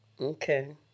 Okay